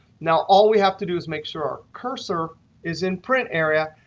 now, all we have to do is make sure our cursor is in print area,